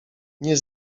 nie